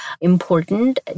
important